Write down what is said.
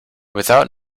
without